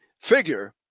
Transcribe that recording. figure